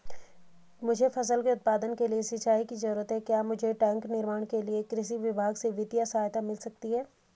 मुझे फसल के उत्पादन के लिए सिंचाई की जरूरत है क्या मुझे टैंक निर्माण के लिए कृषि विभाग से वित्तीय सहायता मिल सकती है?